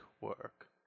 work